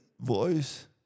voice